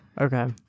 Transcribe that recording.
Okay